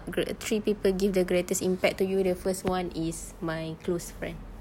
gre~ three people give the most impact to you the first one is my close friend